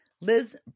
liz